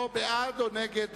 או בעד או נגד